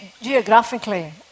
geographically